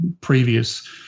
previous